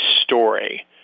story